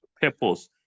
purpose